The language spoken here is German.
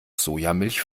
sojamilch